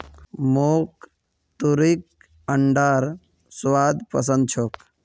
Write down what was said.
मोक तुर्कीर अंडार स्वाद पसंद छोक